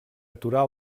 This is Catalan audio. aturar